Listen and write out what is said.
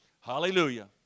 hallelujah